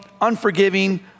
unforgiving